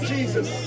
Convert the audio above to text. Jesus